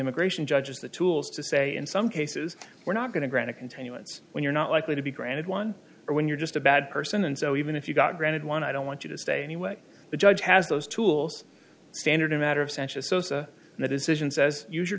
immigration judges the tools to say in some cases we're not going to grant a continuance when you're not likely to be granted one or when you're just a bad person and so even if you got granted one i don't want you to stay anyway the judge has those tools standard a matter of sanchez sosa and it is asians as us